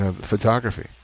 photography